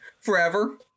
forever